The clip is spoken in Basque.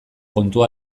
kontua